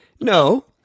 no